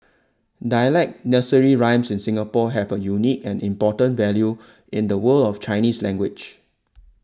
dialect nursery rhymes in Singapore have a unique and important value in the world of Chinese language